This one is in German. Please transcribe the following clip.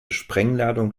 sprengladung